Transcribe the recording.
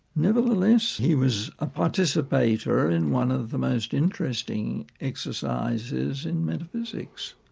nevertheless he was a participator in one of the most interesting exercises in metaphysics.